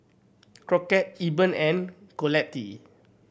Crockett Eben and Colette